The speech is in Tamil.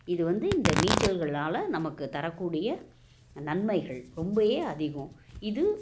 இது வந்து இந்த நீச்சல்கள்னால் நமக்கு தரக்கூடிய நன்மைகள் ரொம்ப அதிகம் இது